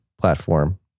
platform